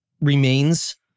remains